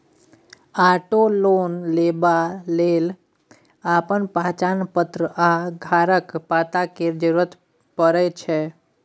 auto loan लेबा लेल अपन पहचान पत्र आ घरक पता केर जरुरत परै छै